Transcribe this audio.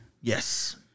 Yes